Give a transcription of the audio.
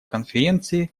конференции